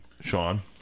Sean